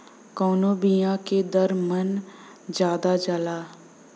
कवने बिया के दर मन ज्यादा जाला?